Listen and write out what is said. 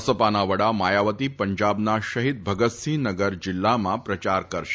બસપાના વડા માયાવતી પંજાબના શહિદ ભગતસિંહ નગર જીલ્લામાં પ્રચાર કરશે